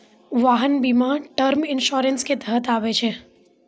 वाहन बीमा term insurance के तहत आबै छै